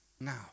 now